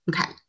Okay